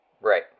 Right